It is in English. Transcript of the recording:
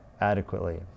adequately